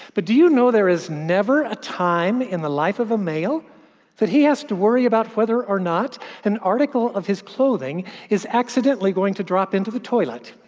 but do you know there is never a time in the life of a male that he has to worry about whether or not an article of his clothing is accidentally going to drop into the toilet?